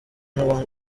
n’uwa